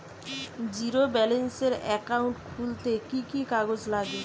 Zero ব্যালেন্সের account খুলতে কি কি কাগজ লাগবে?